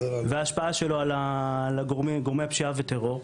וההשפעה שלו על גורמי הפשיעה והטרור,